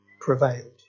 prevailed